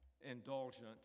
indulgent